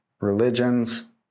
religions